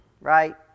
right